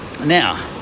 Now